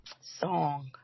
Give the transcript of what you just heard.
song